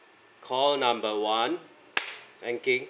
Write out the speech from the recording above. call number one banking